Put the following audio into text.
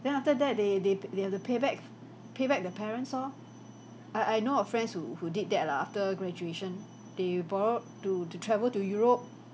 then after that they they they have to payback payback the parents orh I I know our friends who who did that lah after graduation they borrowed to to travel to europe